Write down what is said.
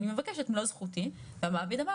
אני מבקש את מלוא זכותי.." והמעביד אמר